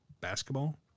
basketball